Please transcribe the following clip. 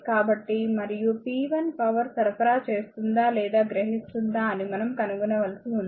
కాబట్టి మరియు p 1 power సరఫరా చేస్తుందా లేదా గ్రహిస్తుందా అని మనం కనుగొనవలసి ఉంది